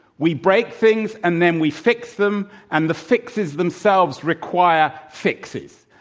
we break things, and then we fix them, and the fixes themselves require fixes.